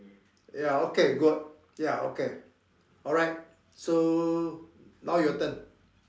ya okay good ya okay alright so now your turn